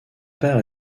père